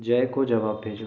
जय को जवाब भेजो